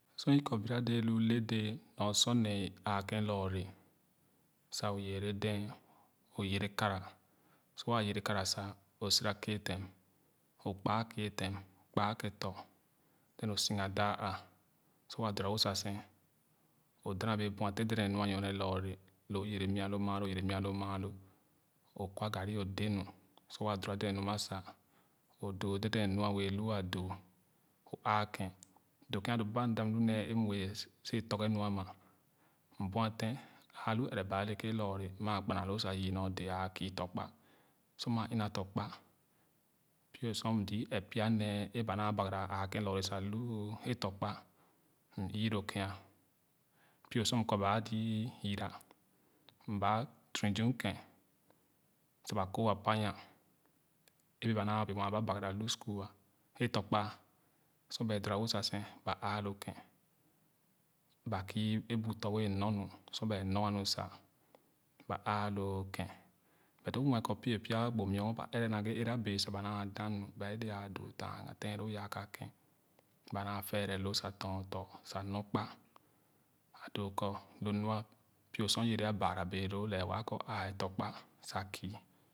Sor i kɔ bira dee lu le dee or sor nee aaká lɔɔrecsa o yɛrɛdee yerekara sor waa yere kara sa o sira keètèm o kpaa keetem kpaa kēē tɔ̄ then o siga daa àh so waa dorawo sa seen o da na bee buetén dèdèn nu a nyorne lɔɔre lo o yere m’a loo maaho o yere mia loo maalo o kwa garri o dè nu sor wɛɛ dora dèdèn nu ama sa o doo dèdèn nu a wɛɛ lu a doo a aaken doo kèn a doo baba m da lo nee ē wɛɛ so wɛɛ tɔrge nu ama m buetèn áálu ɛrɛba a leke lɔɔre ma kpanaa loo sa yii nyo-dee āā kii tɔ̄kpa sor maa ina tɔ̄ kpa pie sor m zii ɛp pya nee ē ba naa bagara aakèn lɔɔre sa lu a tɔ̄kpa m yii lo kèn pie sor m kɔ baa zii yere mba tunizem kèn sa ba koo apamyan ē ba na bee wene ba bagara lu school ē tɔ̄kpa sor baɛ dora wo sa sa ba aalo kèn ba kii ē bu tɔ̄ wɛɛ nor nu sor baɛ nor nu sa ba aalo kèn but o muɛ kɔ pie pya gbo muiɔgɔn ba ɛrɛ na-ghe ara bee sa ba naa dā nu bèè ē le a doo tanga tén loo yaa ka kén ba naa fɛrɛloo sa tɔn tɔ̄ sa nor kpa ba doo kɔ lo ma pie sor yere baara béé loo lɛɛ waa kɔ o āā tɔ̄kpa sa kii